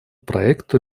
проекту